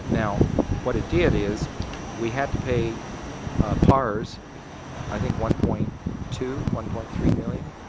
now, what it did is we had to pay pars i think one point two, one point three million?